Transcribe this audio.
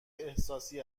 احساسی